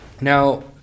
Now